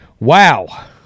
Wow